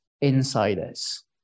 insiders